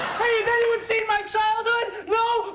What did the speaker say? hey, has anyone seen my childhood? no?